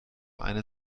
eine